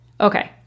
Okay